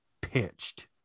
pitched